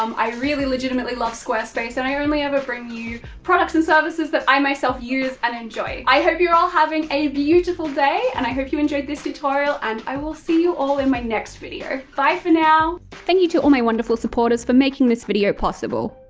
um i really legitimately love squarespace and i only ever bring you products and services that i myself use and enjoy. i hope you're all having a beautiful day, and i hope you enjoyed this tutorial, and i will see you all in my next video. bye for now! thank you to all my wonderful supporters for making this video possible.